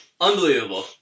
Unbelievable